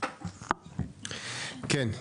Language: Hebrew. תודה לך.